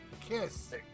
Kiss